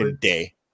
day